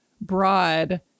broad